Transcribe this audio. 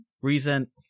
Reason